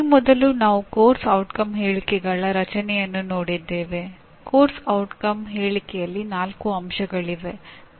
ಈ ಮೊದಲು ನಾವು ಕೋರ್ಸ್ ಔಟ್ಕಮ್ ಹೇಳಿಕೆಯಲ್ಲಿ ನಾಲ್ಕು ಅಂಶಗಳಿವೆ